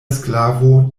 sklavo